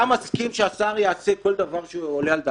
אתה מסכים שהשר יעשה כל דבר שעולה על דעתו?